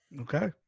Okay